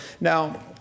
now